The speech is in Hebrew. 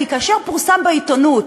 כי כאשר פורסם בעיתונות